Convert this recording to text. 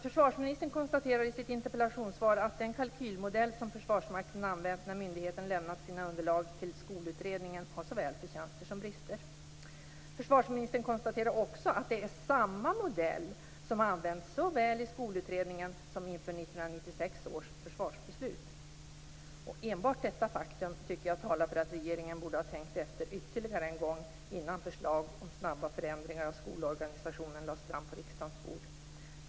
Försvarsministern konstaterar i sitt interpellationssvar att den kalkylmodell som Försvarsmakten använt när myndigheten lämnat sina underlag till Skolutredningen har såväl förtjänster som brister. Försvarsministern konstaterar också att det är samma modell som använts såväl i Skolutredningen som inför 1996 års försvarsbeslut. Enbart detta faktum tycker jag talar för att regeringen borde ha tänkt efter ytterligare en gång innan förslag om snabba förändringar av skolorganisationen lades fram på riksdagens bord.